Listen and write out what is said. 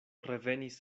revenis